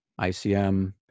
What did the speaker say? ICM